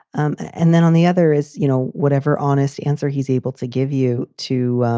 and then on the other is, you know, whatever honest answer he's able to give you to